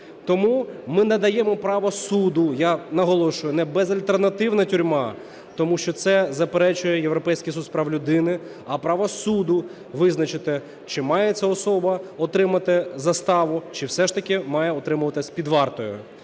Тому ми надаємо право суду, я наголошую, не безальтернативна тюрма, тому що це заперечує Європейський суд з прав людини, а право суду визначити, чи має ця особа отримати заставу, чи все ж таки має утримуватись під вартою.